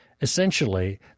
essentially